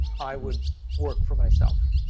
i would work for myself.